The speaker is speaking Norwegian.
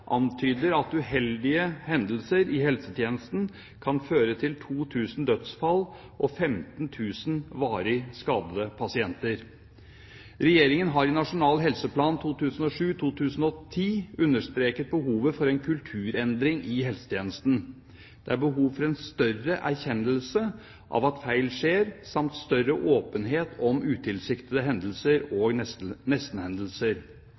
antyder at «uheldige hendelser» i helsetjenesten kan føre til 2 000 dødsfall og 15 000 varig skadede pasienter. Regjeringen har i Nasjonal helseplan for 2007–2010 understreket behovet for en kulturendring i helsetjenesten. Det er behov for en større erkjennelse av at feil skjer, samt større åpenhet om utilsiktede hendelser og